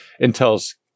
intel's